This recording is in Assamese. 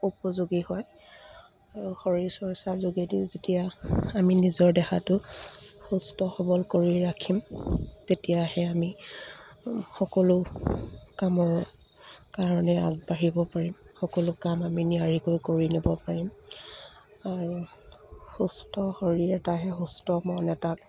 উপযোগী হয় আৰু শৰীৰ চৰ্চা যোগেদি যেতিয়া আমি নিজৰ দেহাটো সুস্থ সৱল কৰি ৰাখিম তেতিয়াহে আমি সকলো কামৰ কাৰণে আগবাঢ়িব পাৰিম সকলো কাম আমি নিয়াৰিকৈ কৰি নিব পাৰিম আৰু সুস্থ শৰীৰ এটাহে সুস্থ মন এটাক